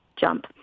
jump